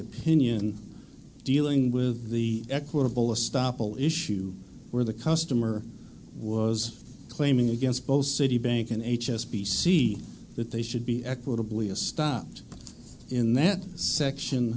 opinion dealing with the equitable a stoppel issue where the customer was claiming against both citibank and h s b c that they should be equitably a stopped in that section